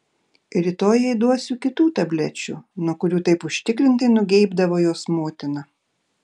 rytoj jai duosiu kitų tablečių nuo kurių taip užtikrintai nugeibdavo jos motina